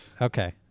okay